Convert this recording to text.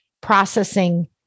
Processing